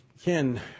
Ken